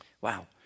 Wow